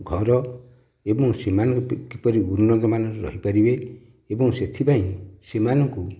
ଘର ଏବଂ ସେମାନେ କିପରି ଉନ୍ନତମାନର ରହିପାରିବେ ଏବଂ ସେଥିପାଇଁ ସେମାନଙ୍କୁ